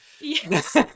Yes